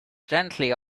gently